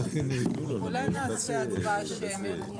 אנחנו עוברים להצבעה להכנה בקריאה ראשונה: